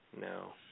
no